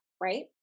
right